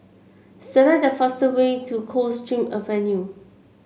select the fastest way to Coldstream Avenue